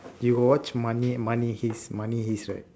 you got watch money money heist money heist right